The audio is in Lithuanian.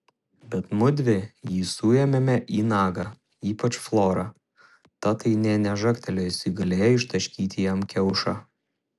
bet mudvi jį suėmėme į nagą ypač flora ta tai nė nežagtelėjusi galėjo ištaškyti jam kiaušą